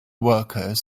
workers